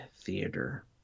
Theater